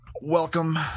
welcome